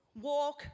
walk